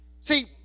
see